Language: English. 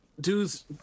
Dude's